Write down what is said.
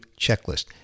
Checklist